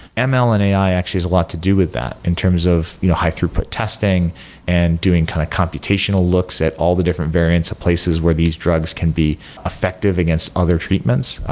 ah ml and ai actually has a lot to do with that in terms of you know high throughput testing and doing kind of computational looks at all the different variants of places where these drugs can be effective against other treatments.